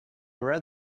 read